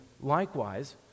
Likewise